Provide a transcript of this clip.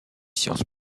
sciences